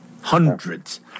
Hundreds